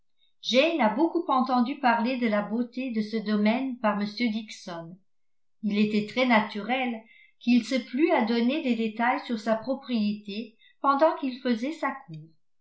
a beaucoup entendu parler de la beauté de ce domaine par m dixon il était très naturel qu'il se plût à donner des détails sur sa propriété pendant qu'il faisait sa cour